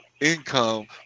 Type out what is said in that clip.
income